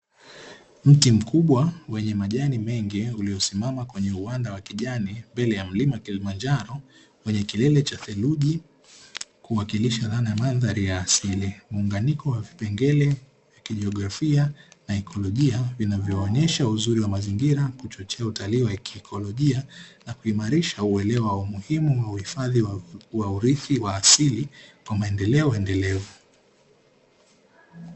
Mti mkubwa wenye majani mengi, uliosimama kwenye uwanda wa kijani, mbele ya milima Kilimanjaro kwenye kilele cha theruji kuwakilisha dhana ya mandhari ya asili, muunganiko wa vipengele vya kijiografia na kiikolojia vinavyoonesha uzuri wa mazingira, kuchochea utalii wa kiikolojia na kuimarisha umuhimu wa uhifadhi wa urithi wa asili kwa maendeleo endelevu.